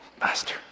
Master